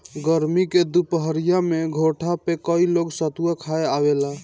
गरमी के दुपहरिया में घोठा पे कई लोग सतुआ खाए आवेला